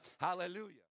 Hallelujah